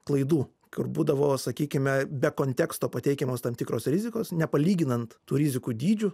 klaidų kur būdavo sakykime be konteksto pateikiamos tam tikros rizikos nepalyginant tų rizikų dydžių